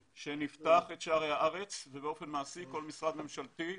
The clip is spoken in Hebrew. נפתח את שערי הארץ ובאופן מעשי כל משרד ממשלתי,